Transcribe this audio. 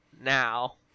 now